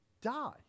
die